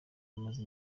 amaze